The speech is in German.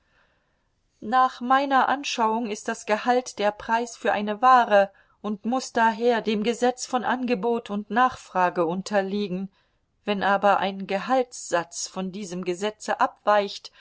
nach meiner anschauung ist das gehalt der preis für eine ware und muß daher dem gesetz von angebot und nachfrage unterliegen wenn aber ein gehaltssatz von diesem gesetze abweicht